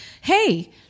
Hey